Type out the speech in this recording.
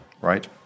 right